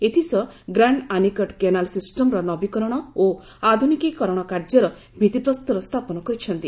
ଏଥିସହ grand anicut canal ସିଷ୍ଟମ୍ର ନବୀକରଣ ଓ ଆଧୁନିକୀକରଣ କାର୍ଯ୍ୟର ଭିତ୍ତିପ୍ରସ୍ତର ସ୍ଥାପନ କରିଛନ୍ତି